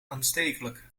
aanstekelijk